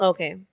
Okay